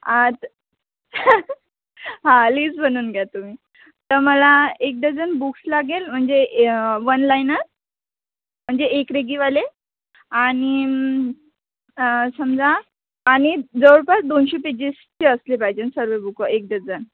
आ त हां लिस्ट बनवून घ्या तुम्ही तर मला एक डझन बुक्स लागेल म्हणजे वन लाईनर म्हणजे एक रेघीवाले आणि समजा आणि जवळपास दोनशे पेजेसची असले पाहिजेन सर्वे बुकं एक डझन